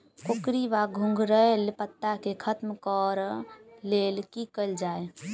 कोकरी वा घुंघरैल पत्ता केँ खत्म कऽर लेल की कैल जाय?